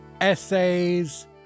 essays